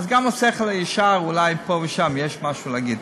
גם לשכל הישר אולי פה ושם יש משהו להגיד.